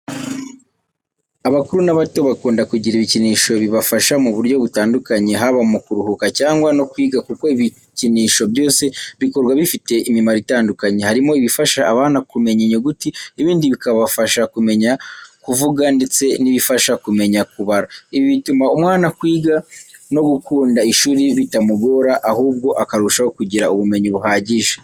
Abakuru n’abato, bakunda kugira ibikinisho bibafasha mu buryo butandukanye, haba mu kuruhuka cyangwa no kwiga kuko ibikinisho byose bikorwa bifite imimaro itandukanye. Harimo ibifasha abana kumenya inyuguti, ibindi bikabafasha kumenya kuvuga ndetse n’ibifasha kumenya kubara. Ibi bituma umwana kwiga no gukunda ishuri bitamugora, ahubwo akarushaho kugira ubumenyi buhagije.